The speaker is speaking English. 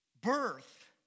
Birth